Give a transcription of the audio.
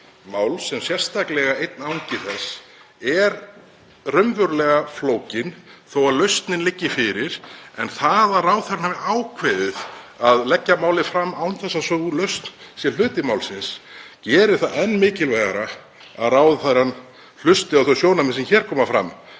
þar sem sérstaklega einn angi þess er raunverulega flókinn þó að lausnin liggi fyrir. En það að ráðherrann hafi ákveðið að leggja málið fram án þess að sú lausn sé hluti málsins gerir það enn mikilvægara að ráðherrann hlusti á þau sjónarmið sem hér koma fram